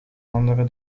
andere